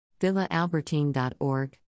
VillaAlbertine.org